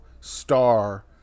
star